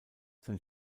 sein